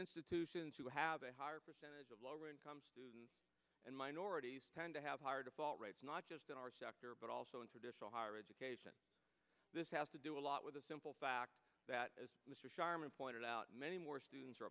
institutions who have a higher percentage of low income students and minorities tend to have higher default rates not just in our sector but also in traditional higher education this has to do a lot with the simple fact that as mr sharman pointed out many more students are